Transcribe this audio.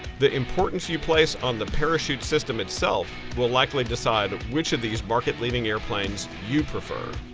the importance you place on the parachute system itself will likely decide which of these market leading airplanes you prefer.